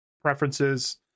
preferences